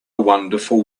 wonderful